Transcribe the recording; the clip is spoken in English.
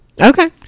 Okay